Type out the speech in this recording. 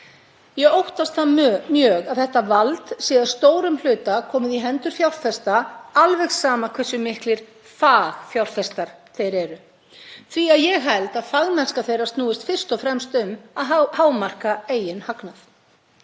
Ég óttast það mjög að þetta vald sé að stórum hluta komið í hendur fjárfesta, alveg sama hversu miklir fagfjárfestar þeir eru, því að ég held að fagmennska þeirrar snúist fyrst og fremst um að hámarka eigin hagnað.